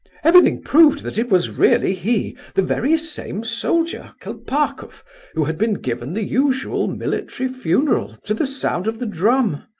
everything proved that it was really he, the very same soldier kolpakoff who had been given the usual military funeral to the sound of the drum.